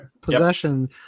Possession